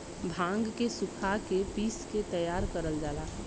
भांग के सुखा के पिस के तैयार करल जाला